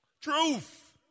Truth